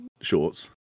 shorts